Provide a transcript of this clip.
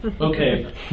Okay